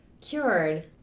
cured